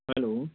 hello